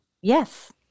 Yes